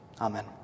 Amen